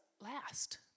last